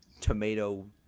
tomato